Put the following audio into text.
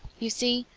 you see,